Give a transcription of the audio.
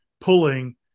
pulling